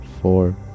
four